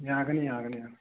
ꯌꯥꯒꯅꯤ ꯌꯥꯒꯅꯤ ꯌꯥꯅꯤ